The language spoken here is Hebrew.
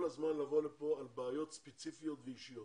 כל הזמן לבוא לפה על בעיות ספציפיות ואישיות.